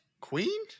Queen